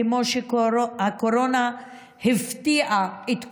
כמו שהקורונה הפתיעה את כולנו,